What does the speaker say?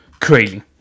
Crazy